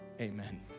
Amen